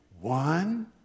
one